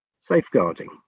safeguarding